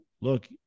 look